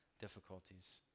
difficulties